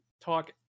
talk